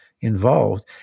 involved